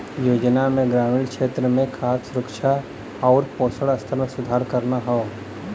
योजना में ग्रामीण क्षेत्र में खाद्य सुरक्षा आउर पोषण स्तर में सुधार करना हौ